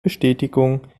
bestätigung